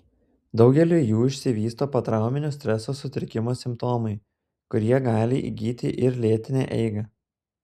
daugeliui jų išsivysto potrauminio streso sutrikimo simptomai kurie gali įgyti ir lėtinę eigą